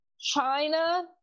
China